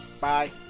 Bye